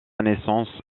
naissance